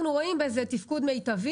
אנחנו רואים בזה תפקוד מיטבי,